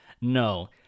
No